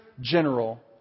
general